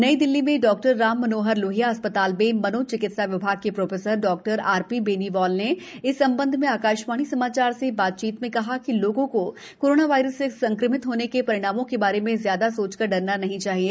नई दिल्ली में डॉक्टर राम मनोहर लोहिया अस् ताल में मनोचिकित्सा विभाग के professor doctor R P Beniwal ने इस संबंध में आकाशवाणी समाचार से बातचीत में कहा कि लोगों को कोरोना वायरस से संक्रमित होने के सरिणामों के बारे में ज्यादा सोचकर डरना नहीं चाहिए